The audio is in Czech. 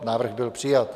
Návrh byl přijat.